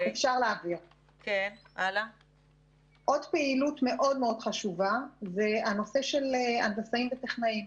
עוד פעילות חשובה מאוד זה הנושא של הנדסאים וטכנאים.